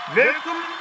welcome